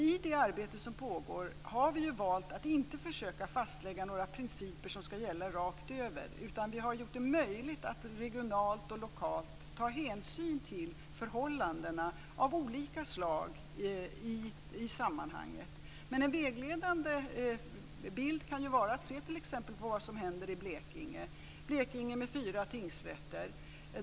I det arbete som pågår har vi valt att inte försöka fastlägga några principer som ska gälla rakt över, utan vi har gjort det möjligt att regionalt och lokalt ta hänsyn till förhållanden av olika slag i sammanhanget. En vägledande bild kan vara att se på vad som händer i Blekinge, där det finns fyra tingsrätter.